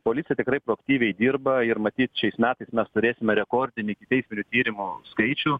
policija tikrai proaktyviai dirba ir matyt šiais metais mes turėsime rekordinį ikiteisminių tyrimų skaičių